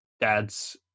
dads